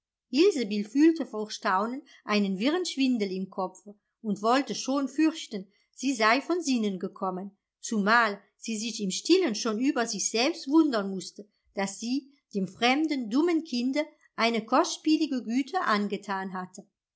fühlte vor staunen einen wirren schwindel im kopfe und wollte schon fürchten sie sei von sinnen gekommen zumal sie sich im stillen schon über sich selbst wundern mußte daß sie dem fremden dummen kinde eine kostspielige güte angetan hatte